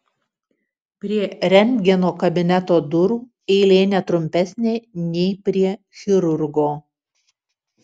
prie rentgeno kabineto durų eilė ne trumpesnė nei prie chirurgo